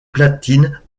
platine